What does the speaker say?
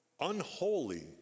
unholy